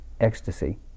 ecstasy